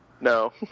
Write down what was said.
no